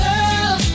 Girl